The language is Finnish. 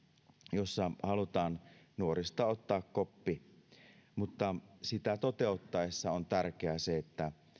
jossa halutaan nuorista ottaa koppi sitä toteutettaessa on tärkeää se että